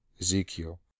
Ezekiel